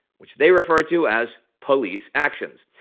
which they refer to as police actions.